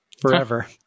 forever